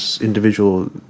individual